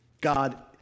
God